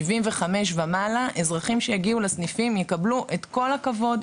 ומעלה אזרחים שיגיעו לסניפים יקבלו את כל הכבוד,